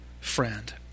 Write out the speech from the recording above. friend